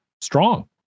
strong